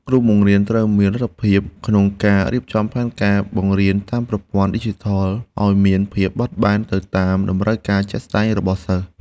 គ្រូបង្រៀនត្រូវមានលទ្ធភាពក្នុងការរៀបចំផែនការបង្រៀនតាមប្រព័ន្ធឌីជីថលឱ្យមានភាពបត់បែនទៅតាមតម្រូវការជាក់ស្តែងរបស់សិស្ស។